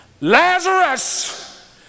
Lazarus